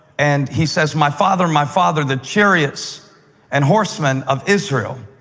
and he says, my father! my father! the chariots and horsemen of israel!